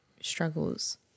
struggles